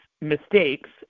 mistakes